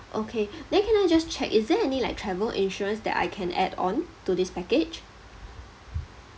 okay then can I just check is there any like travel insurance that I can add on to this package